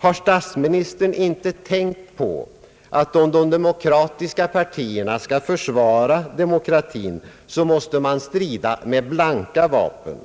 Har statsministern inte tänkt på att om de demokratiska partierna skall försvara demokratin, måste man strida med blanka vapen?